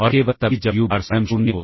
और केवल तभी जब यू बार स्वयं 0 हो